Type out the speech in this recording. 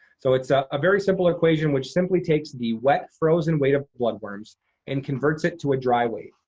so it's a very simple equation which simply takes the wet, frozen weight of blood worms and converts it to a dry weight.